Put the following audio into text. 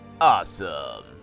awesome